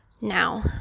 Now